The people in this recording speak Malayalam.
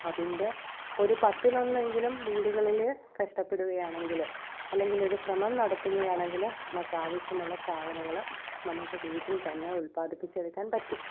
അതിൻ്റെ ഒര് പത്തിലൊന്നെങ്കിലും വീടുകളില് കഷ്ടപ്പെടുകയാണെങ്കില് അല്ലെങ്കിലൊരു ശ്രമം നടത്തുകയാണെങ്കില് നമുക്കാവശ്യമുള്ള സാധനങ്ങൾ നമുക്ക് വീട്ടിൽതന്നെ ഉൽപ്പാദിപ്പിച്ചെടുക്കാൻ പറ്റും